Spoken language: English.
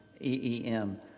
EEM